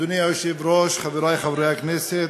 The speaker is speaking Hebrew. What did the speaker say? אדוני היושב-ראש, חברי חברי הכנסת,